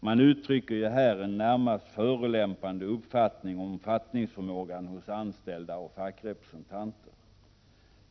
Man uttrycker här en närmast förolämpande uppfattning om fattningsförmågan hos anställda och fackrepresentanter. Herr talman!